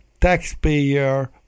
taxpayer